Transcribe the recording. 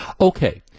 Okay